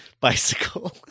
Bicycle